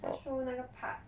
它 show 那个 park